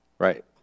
Right